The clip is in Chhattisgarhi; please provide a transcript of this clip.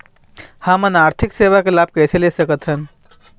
हमन आरथिक सेवा के लाभ कैसे ले सकथन?